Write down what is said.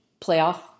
playoff